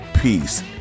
peace